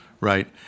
Right